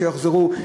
שיוחזרו,